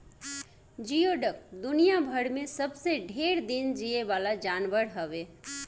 जियोडक दुनियाभर में सबसे ढेर दिन जीये वाला जानवर हवे